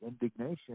indignation